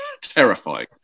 terrifying